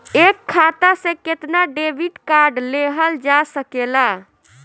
एक खाता से केतना डेबिट कार्ड लेहल जा सकेला?